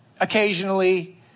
occasionally